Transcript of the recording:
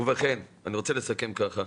ובכן, אני רוצה לסכם ככה.